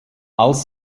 als